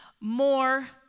more